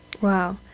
Wow